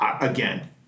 Again